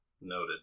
Noted